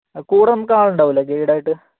കൂടെ നമുക്ക് ആളുണ്ടാവില്ലേ ഗൈഡായിട്ട്